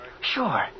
Sure